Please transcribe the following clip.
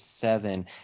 seven